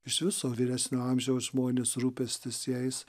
iš viso vyresnio amžiaus žmonės rūpestis jais